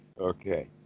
Okay